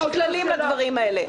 ויש כללים לדברים האלה.